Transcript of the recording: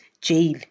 jail